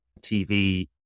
TV